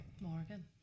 Morgan